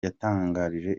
yatangarije